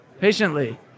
patiently